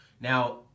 Now